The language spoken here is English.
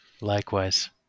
Likewise